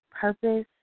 purpose